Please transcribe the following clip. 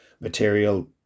material